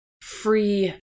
free